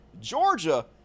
Georgia